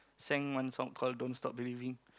sang one song called don't stop believing